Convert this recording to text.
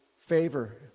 Favor